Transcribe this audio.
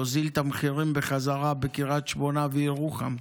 להוריד את המחירים בחזרה בקריית שמונה ובירוחם,